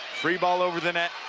free ball over the net.